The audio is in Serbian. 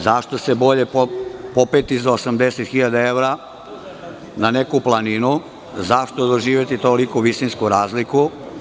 Zašto je bolje popeti se za 80.000 evra na neku planinu, zašto doživeti toliku visinsku razliku?